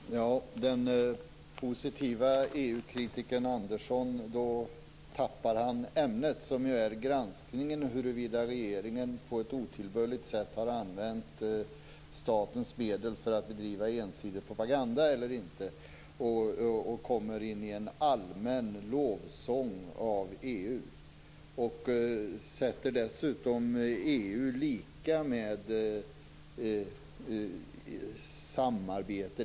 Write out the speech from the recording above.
Fru talman! Den positiva EU-kritikern Andersson tappar bort ämnet som är granskning huruvida regeringen på ett otillbörligt sätt har använt statens medel för att bedriva ensidig propaganda eller inte och ägnar sig åt en allmän lovsång av EU. Dessutom sätter han EU lika med samarbete.